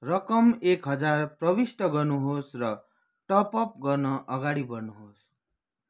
रकम एक हजार प्रविष्ट गर्नुहोस् र टपअप गर्न अगाडि बढ्नुहोस्